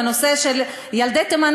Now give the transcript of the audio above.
בנושא של ילדי תימן,